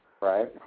right